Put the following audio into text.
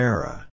Era